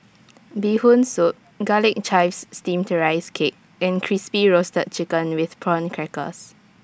Bee Hoon Soup Garlic ChivesSteamed Rice Cake and Crispy Roasted Chicken with Prawn Crackers